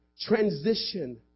transition